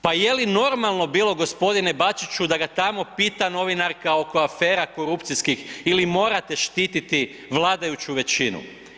Pa jeli normalno bilo gospodine Bačiću da ga tamo pita novinarka oko afera korupcijskih ili morate štititi vladajuću većinu?